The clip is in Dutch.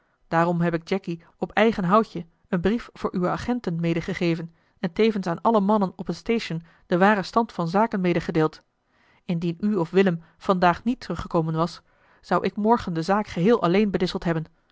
daarom heb ik jacky op eigen houtje een brief voor uwe agenten medegegeven en tevens aan alle mannen op het station den waren stand van zaken medegedeeld indien u of willem vandaag niet teruggekomen was zou ik morgen de zaak geheel alleen bedisseld hebben